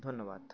ধন্যবাদ